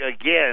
again